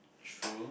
true